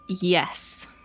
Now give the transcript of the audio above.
Yes